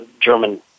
German